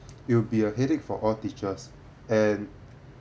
it will be a headache for all teachers and